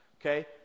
okay